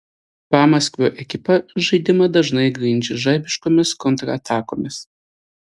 pamaskvio ekipa žaidimą dažnai grindžia žaibiškomis kontratakomis